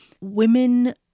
women